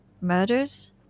murders